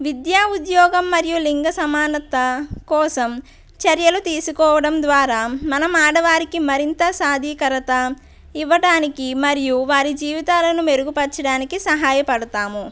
విద్యా ఉద్యోగం మరియు లింగ సమానత్త కోసం చర్యలు తీసుకోవడం ద్వారా మనం ఆడవారికి మరింత సాధికారత ఇవ్వడానికి మరియు వారి జీవితాలను మెరుగుపరచడానికి సహాయపడతాము